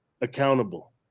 accountable